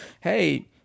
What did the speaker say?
hey